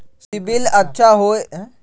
CIBIL अच्छा होऐ से का फायदा बा?